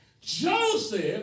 Joseph